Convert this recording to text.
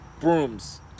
brooms